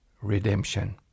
redemption